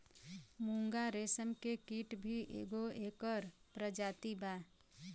मूंगा रेशम के कीट भी एगो एकर प्रजाति बा